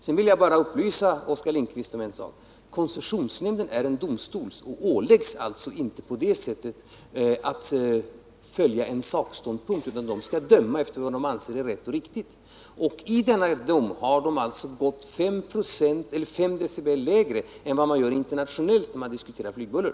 Sedan vill jag bara upplysa Oskar Lindkvist om en sak: Koncessionsnämnden är en domstol och åläggs alltså inte att följa en sakståndpunkt utan skall döma efter vad den anser vara rätt och riktigt. I denna dom har koncessionsnämnden gått 5 decibel lägre än vad man gör internationellt när man diskuterar flygbuller.